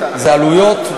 זה עלויות,